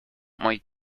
might